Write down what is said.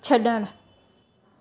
छड॒णु